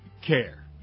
Care